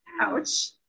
ouch